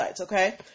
okay